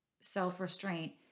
self-restraint